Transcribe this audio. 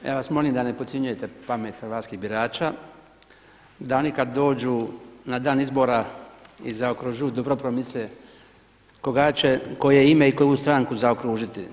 Ja vas molim da ne podcjenjujete pamet hrvatskih birača, a oni kad dođu na dan izbora i zaokruže dobro promisle koga će, koje ime i koju stranku zaokružiti.